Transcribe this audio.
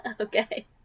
Okay